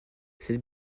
cette